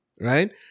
right